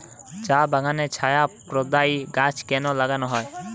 চা বাগানে ছায়া প্রদায়ী গাছ কেন লাগানো হয়?